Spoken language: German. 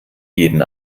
jeden